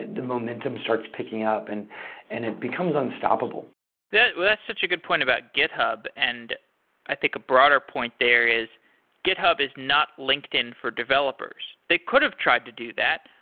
the momentum starts picking up and and it becomes unstoppable that's such a good point about github. and i think a broader point there is github is not linkedin for developers. they could have tried to do that,